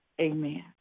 amen